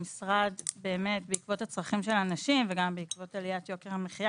המשרד בעקבות הצרכים של הנשים ובעקבות עליית יוקר המחיה